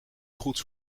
goeds